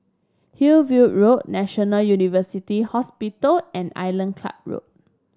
Hillview Road National University Hospital and Island Club Road